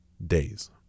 Days